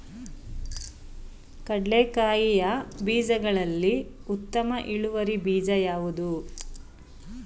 ಕಡ್ಲೆಕಾಯಿಯ ಬೀಜಗಳಲ್ಲಿ ಉತ್ತಮ ಇಳುವರಿ ಬೀಜ ಯಾವುದು?